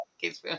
kids